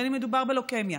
בין שמדובר בלוקמיה,